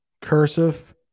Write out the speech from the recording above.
cursive